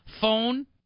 phone